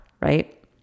right